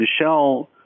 Michelle